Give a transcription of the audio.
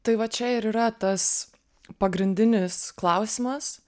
tai va čia ir yra tas pagrindinis klausimas